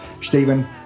Stephen